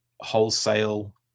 wholesale